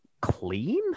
clean